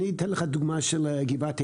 אציג לך דוגמה של גבעת האירוסים.